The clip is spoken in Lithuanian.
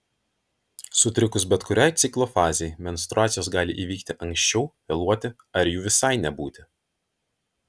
sutrikus bet kuriai ciklo fazei menstruacijos gali įvykti anksčiau vėluoti ar jų visai nebūti